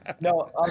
no